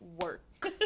work